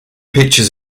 pictures